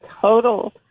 total